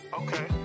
okay